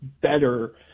better